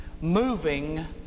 moving